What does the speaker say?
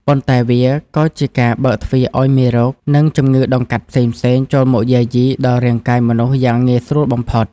ប៉ុន្តែវាក៏ជាការបើកទ្វារឱ្យមេរោគ និងជំងឺដង្កាត់ផ្សេងៗចូលមកយាយីដល់រាងកាយមនុស្សយ៉ាងងាយស្រួលបំផុត។